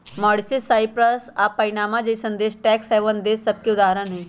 Mauritius, Cyprus आऽ Panama जइसन्न देश टैक्स हैवन देश सभके उदाहरण हइ